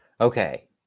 Okay